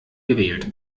gewählt